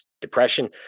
depression